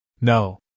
No